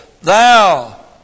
thou